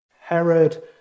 Herod